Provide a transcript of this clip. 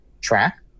track